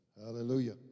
Hallelujah